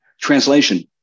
Translation